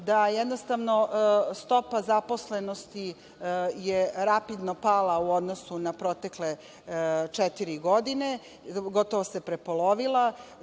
da jednostavno stopa zaposlenosti je rapidno pala u odnosu na protekle četiri godine, gotovo se prepolovila,